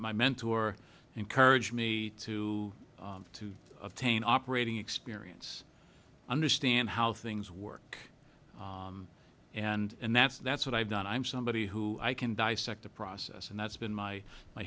my mentor encouraged me to to attain operating experience understand how things work and that's that's what i've done i'm somebody who i can dissect the process and that's been my my